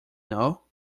know